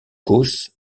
causse